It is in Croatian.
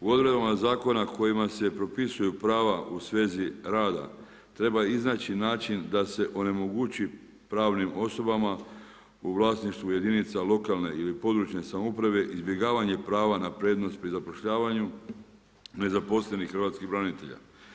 U odredbama zakona, kojima se propisuju prava u svezi rada, treba iznaći način da se onemogući pravnim osobama u vlasništvu jedinica lokalne ili područne samouprave, izbjegavanje prava na prednost pri zapošljavanju, nezaposlenih hrvatskih branitelja.